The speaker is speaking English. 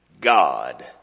God